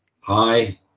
Hi